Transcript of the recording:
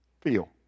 feel